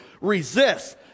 resist